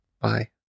Bye